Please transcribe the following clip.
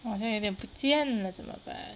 好像有点不见了怎么办